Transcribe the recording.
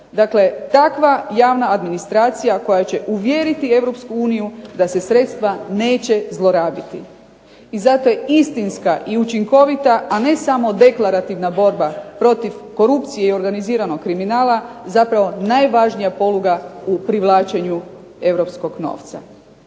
dakle takva javna administracija koja će uvjeriti Europsku uniju da se sredstva neće zlorabiti. I zato je istinska i učinkovita, a ne samo deklarativna borba protiv korupcije i organiziranog kriminala zapravo najvažnija poluga u privlačenju europskog novca.